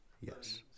Yes